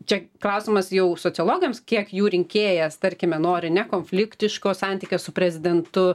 čia klausimas jau sociologams kiek jų rinkėjas tarkime nori nekonfliktiško santykio su prezidentu